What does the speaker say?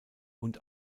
und